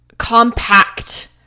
Compact